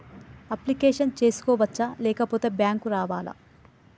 Application చేసుకోవచ్చా లేకపోతే bank రావాలా?